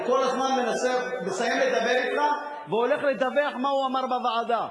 הוא כל הזמן מסיים לדבר אתך והולך לדווח מה הוא אמר בוועדה.